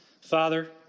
Father